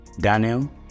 Daniel